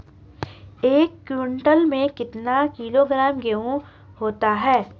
एक क्विंटल में कितना किलोग्राम गेहूँ होता है?